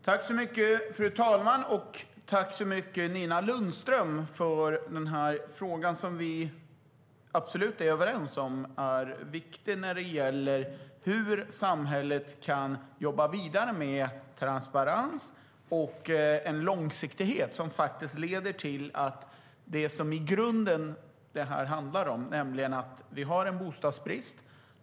Fru talman! Tack så mycket, Nina Lundström, för frågan! Vi är absolut överens om att den är viktig när det gäller hur samhället kan jobba vidare med transparens och långsiktighet som leder till det som det här i grunden handlar om. Vi har bostadsbrist.